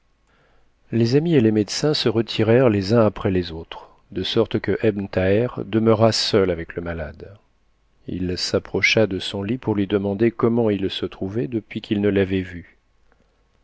les amis et les médecins se retirèrent les uns après les autres de sorte que ebn thaher demeura seul avec le malade il s'approcha de son lit pour lui demander comment il se trouvait depuis qu'il ne l'avait vu